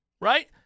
right